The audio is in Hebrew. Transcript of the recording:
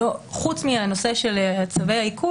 שחוץ מהנושא של צווי העיקול,